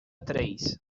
três